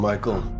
Michael